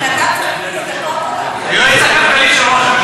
צריך להזדכות עליו.